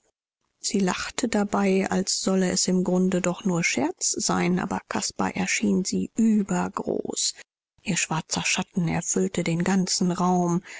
sie lachte dabei als solle es im grunde doch nur scherz sein aber caspar erschien sie übergroß ihr schwarzer schatten erfüllte den ganzen raum